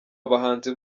abahanzi